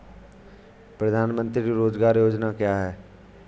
प्रधानमंत्री रोज़गार योजना क्या है?